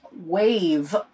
wave